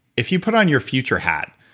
if you put on your future hat,